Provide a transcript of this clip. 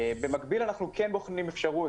במקביל אנחנו כן בוחנים אפשרות,